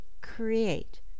create